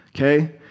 okay